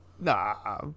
Nah